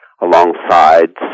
alongside